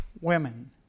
women